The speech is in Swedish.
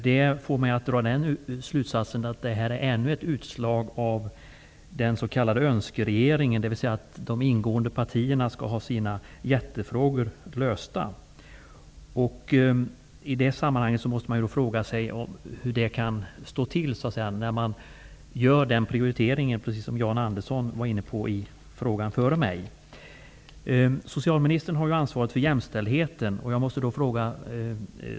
Det får mig att dra slutsatsen att detta är ännu ett utslag av den s.k. önskeregeringen, dvs. att de ingående partierna skall ha sina hjärtefrågor lösta. I det sammanhanget måste jag fråga hur det står till när man gör en sådan här prioritering -- precis som Jan Andersson var inne på i föregående frågedebatt.